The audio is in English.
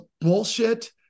bullshit